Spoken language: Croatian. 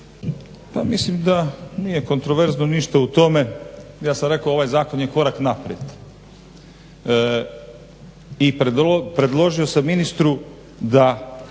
Pa mislim da nije kontroverzno ništa u tome. Ja sam rekao ovaj zakon je korak naprijed. I predložio sam ministru da